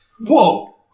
Whoa